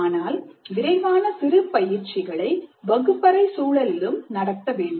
ஆனால் விரைவான சிறு பயிற்சிகளை வகுப்பறை சூழலிலும் நடத்த வேண்டும்